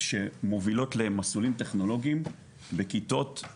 שמובילות למסלולים טכנולוגיים בכיתות י'